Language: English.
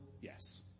Yes